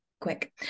quick